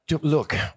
look